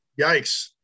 Yikes